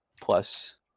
Plus